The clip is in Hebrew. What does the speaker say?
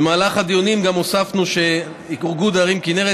במהלך הדיונים גם הוספנו שאיגוד ערים כינרת